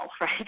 right